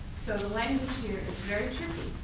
so the language here is very tricky.